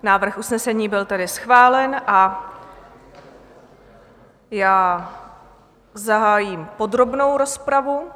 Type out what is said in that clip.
Návrh usnesení byl tedy schválen a já zahájím podrobnou rozpravu.